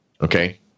Okay